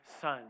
son